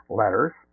letters